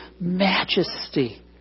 majesty